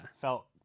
Felt